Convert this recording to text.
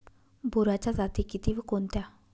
बोराच्या जाती किती व कोणत्या?